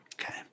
Okay